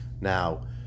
Now